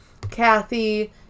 Kathy